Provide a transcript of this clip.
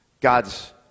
God's